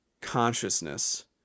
consciousness